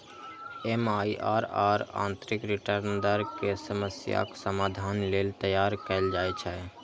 MIRR आंतरिक return दर के समस्याक समाधान लेल तैयार कैल जाइ छै